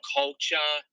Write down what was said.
culture